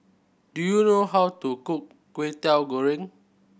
do you know how to cook Kway Teow Goreng